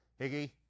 Higgy